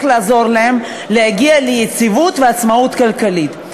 שצריך לעזור להן להגיע ליציבות ולעצמאות כלכלית.